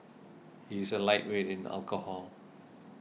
he's a lightweight in alcohol